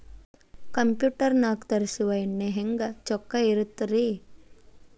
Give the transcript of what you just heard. Computer ನಾಗ ತರುಸುವ ಎಣ್ಣಿ ಹೆಂಗ್ ಚೊಕ್ಕ ಇರತ್ತ ರಿ?